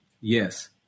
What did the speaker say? Yes